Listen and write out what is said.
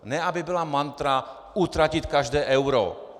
Ne aby byla mantra: utratit každé euro.